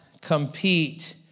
compete